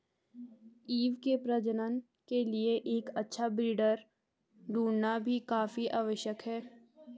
ewe के प्रजनन के लिए एक अच्छा ब्रीडर ढूंढ़ना भी काफी आवश्यक है